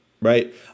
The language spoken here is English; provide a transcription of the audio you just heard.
right